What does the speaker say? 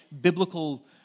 biblical